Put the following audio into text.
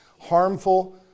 harmful